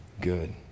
good